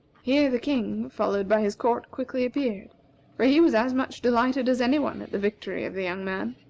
here the king, followed by his court, quickly appeared for he was as much delighted as any one at the victory of the young man.